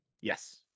Yes